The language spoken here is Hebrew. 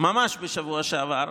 ממש בשבוע שעבר,